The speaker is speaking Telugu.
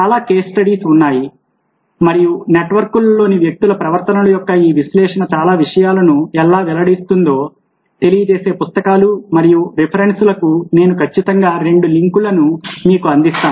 చాలా కేస్ స్టడీస్ ఉన్నాయి మరియు నెట్వర్క్లలోని వ్యక్తుల ప్రవర్తనల యొక్క ఈ విశ్లేషణ చాలా విషయాలను ఎలా వెల్లడిస్తుందో తెలియజేసే పుస్తకాలు మరియు రిఫరెన్స్ లకు నేను ఖచ్చితంగా రెండు లింక్లను మీకు అందిస్తాను